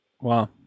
Wow